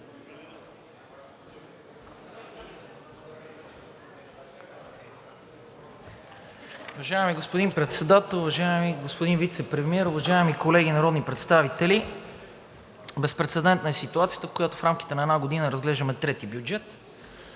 Уважаеми господин Председател, уважаеми господин Вицепремиер, уважаеми колеги народни представители! Безпрецедентна е ситуацията, в която в рамките на една година разглеждаме трети бюджет,